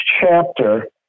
chapter